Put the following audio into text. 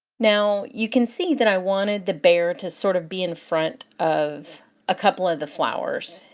now you can see that i wanted the bear to sort of be in front of a couple of the flowers,